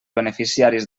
beneficiaris